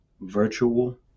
virtual